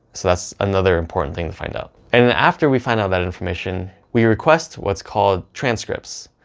so that's another important thing to find out and after we find out that information we request what's called transcripts.